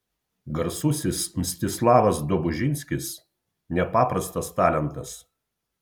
garsusis mstislavas dobužinskis nepaprastas talentas